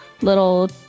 little